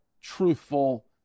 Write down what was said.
truthful